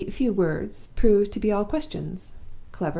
the few words proved to be all questions clever,